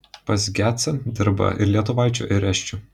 pas gecą dirba ir lietuvaičių ir esčių